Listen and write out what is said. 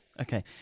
Okay